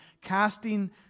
casting